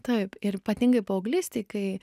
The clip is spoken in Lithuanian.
taip ir ypatingai paauglystėj kai